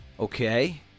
Okay